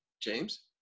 james